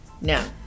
Now